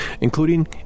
including